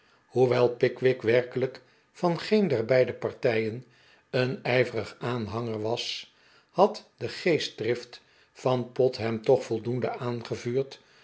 hoewel pickwick werkelijk van geen der beide partijen een ijverig aanhanger was had de geestdrift van pott hem toch voldoende aangevuurd